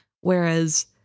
Whereas